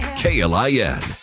klin